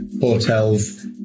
hotels